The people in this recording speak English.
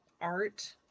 art